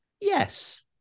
Yes